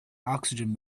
oxygen